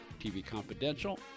tvconfidential